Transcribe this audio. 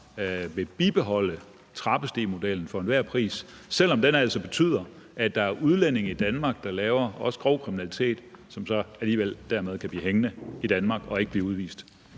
vil bibeholde trappestigemodellen for enhver pris, selv om den altså betyder, at der er udlændinge i Danmark, der laver også grov kriminalitet, men som så alligevel kan blive hængende i Danmark og ikke blive udvist?